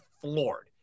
floored